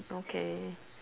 okay